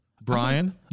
Brian